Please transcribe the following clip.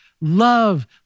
love